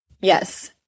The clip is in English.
Yes